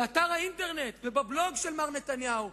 באתר האינטרנט ובבלוג של מר נתניהו,